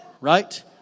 Right